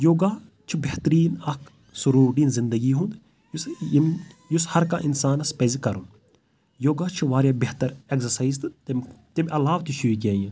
یوگا چھُ بہتَریٖن اَکھ سُہ روٹیٖن زندگی ہُنٛد یُس یِم یُس ہَرٕ کانٛہہ اِنسانَس پَزِ کَرُن یوگا چھُ واریاہ بہتَر اٮ۪گزَسایِز تہٕ تَمہِ تَمہِ علاوٕ تہِ چھُ یہِ کیٚنٛہہ یہِ